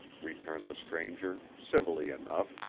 returned the stranger, civilly enough,